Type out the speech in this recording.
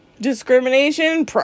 Discrimination